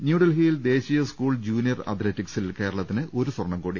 ന്യൂഡൽഹിയിൽ ദേശീയ school junior അത്ലറ്റിക്സിൽ കേരളത്തിന് ഒരു സ്വർണം കൂടി